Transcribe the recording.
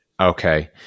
Okay